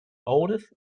oldest